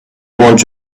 want